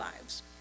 lives